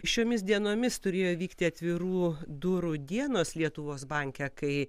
šiomis dienomis turėjo įvykti atvirų durų dienos lietuvos banke kai